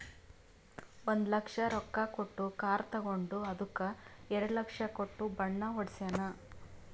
ಒಂದ್ ಲಕ್ಷ ರೊಕ್ಕಾ ಕೊಟ್ಟು ಕಾರ್ ತಗೊಂಡು ಅದ್ದುಕ ಎರಡ ಲಕ್ಷ ಕೊಟ್ಟು ಬಣ್ಣಾ ಹೊಡ್ಸ್ಯಾನ್